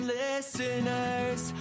listeners